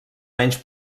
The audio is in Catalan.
menys